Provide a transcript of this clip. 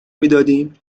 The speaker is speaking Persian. میدادیم